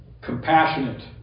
compassionate